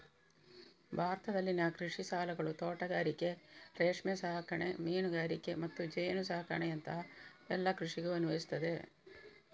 ಭಾರತದಲ್ಲಿನ ಕೃಷಿ ಸಾಲಗಳು ತೋಟಗಾರಿಕೆ, ರೇಷ್ಮೆ ಸಾಕಣೆ, ಮೀನುಗಾರಿಕೆ ಮತ್ತು ಜೇನು ಸಾಕಣೆಯಂತಹ ಎಲ್ಲ ಕೃಷಿಗೂ ಅನ್ವಯಿಸ್ತದೆ